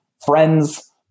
friends